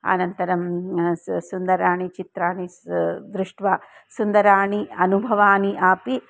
अनन्तरं सुन्दराणि चित्राणि स दृष्ट्वा सुन्दराणि अनुभवानि अपि